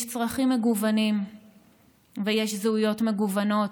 יש צרכים מגוונים ויש זהויות מגוונות.